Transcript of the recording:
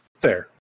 Fair